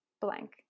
blank